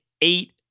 eight